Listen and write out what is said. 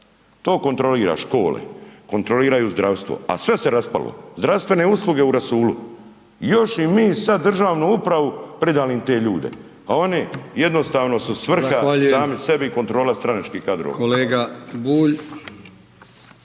To kontrolira škole, kontroliraju zdravstvo, a sve se raspalo, zdravstvene usluge u rasulu još i mi sad državnu upravu pridali im te ljude, a oni jednostavno su svrha sami sebi …/Upadica: